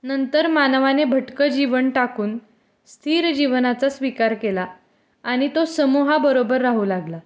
नंतर मानवाने भटकं जीवन टाकून स्थिर जीवनाचा स्वीकार केला आणि तो समूहाबरोबर राहू लागला